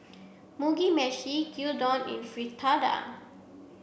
Mugi Meshi Gyudon and Fritada